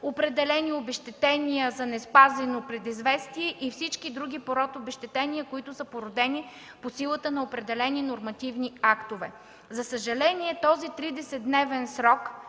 определени обезщетения за неспазено предизвестие и всички други по род обезщетения, които са породени по силата на определени нормативни актове. За съжаление, в този 30-дневен срок